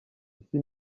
isi